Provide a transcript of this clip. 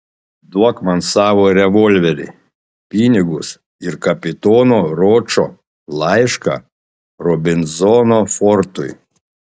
duok man savo revolverį pinigus ir kapitono ročo laišką robinzono fortui